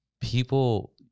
people